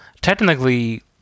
technically